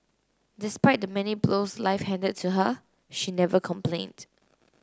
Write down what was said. despite the many blows life handed to her she never complained